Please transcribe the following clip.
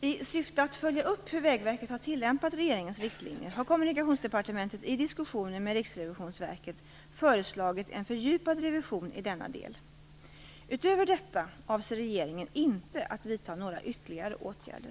I syfte att följa upp hur Vägverket har tillämpat regeringens riktlinjer har Kommunikationsdepartementet i diskussioner med Riksrevisionsverket föreslagit en fördjupad revision i denna del. Utöver detta avser regeringen inte att vidta några ytterligare åtgärder.